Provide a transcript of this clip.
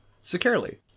securely